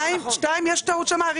שניים, יש שם טעות אריתמטית.